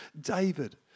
David